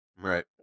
Right